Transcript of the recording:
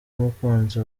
umukunzi